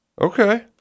okay